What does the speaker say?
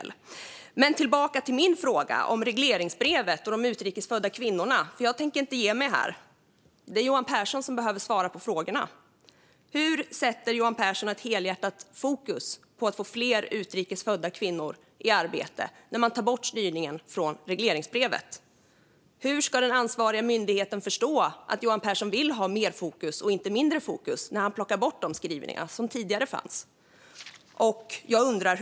Låt mig gå tillbaka till min fråga om regleringsbrevet och de utrikes födda kvinnorna. Jag tänker inte ge mig här, utan det är Johan Pehrson som ska svara på frågorna. Hur sätter Johan Pehrson ett helhjärtat fokus på att få fler utrikes födda kvinnor i arbete när man tar bort styrningen från regleringsbrevet? Hur ska den ansvariga myndigheten förstå att Johan Pehrson vill ha mer fokus, inte mindre fokus, när han plockar bort de skrivningar som fanns tidigare?